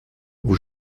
vous